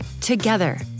Together